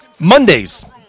Mondays